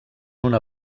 una